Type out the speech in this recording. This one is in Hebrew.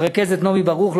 לרכזת נעמי ברוך,